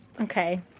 Okay